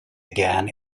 again